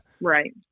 right